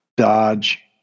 Dodge